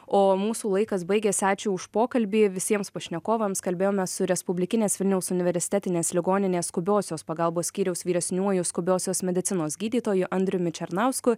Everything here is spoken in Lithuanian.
o mūsų laikas baigėsi ačiū už pokalbį visiems pašnekovams kalbėjomės su respublikinės vilniaus universitetinės ligoninės skubiosios pagalbos skyriaus vyresniuoju skubiosios medicinos gydytoju andriumi černausku